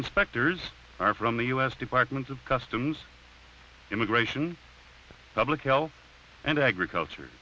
inspectors are from the u s department of customs immigration public health and agriculture